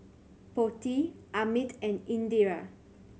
Potti Amit and Indira